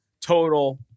total